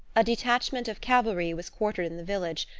a detachment of cavalry was quartered in the village,